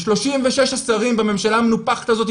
ו-36 השרים בממשלה המנופחת הזו,